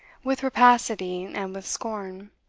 with rapacity, and with scorn.